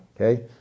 okay